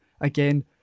again